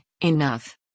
enough